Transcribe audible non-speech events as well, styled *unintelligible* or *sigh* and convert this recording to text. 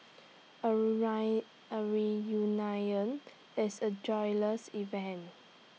A *unintelligible* A reunion is A joyous event